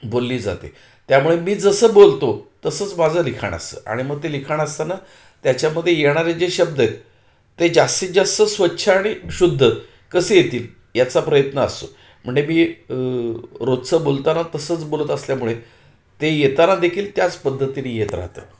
बोलली जाते त्यामुळे मी जसं बोलतो तसंच माझं लिखाण असतं आणि मग ते लिखाण असताना त्याच्यामध्ये येणारे जे शब्द आहेत ते जास्तीत जास्त स्वच्छ आणि शुद्ध कसे येतील याचा प्रयत्न असतो म्हणजे मी रोजचं बोलताना तसंच बोलत असल्यामुळे ते येताना देखील त्याच पद्धतीने येत राहतं